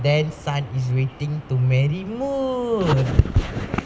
then sun is waiting to marry moon